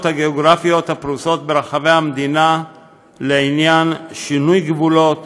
הגיאוגרפיות הפרוסות ברחבי המדינה לעניין שינוי גבולות,